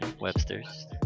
Webster's